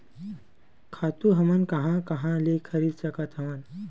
खातु हमन कहां कहा ले खरीद सकत हवन?